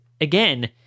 again